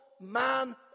man